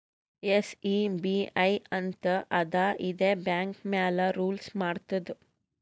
SEBI ಅಂತ್ ಅದಾ ಇದೇ ಬ್ಯಾಂಕ್ ಮ್ಯಾಲ ರೂಲ್ಸ್ ಮಾಡ್ತುದ್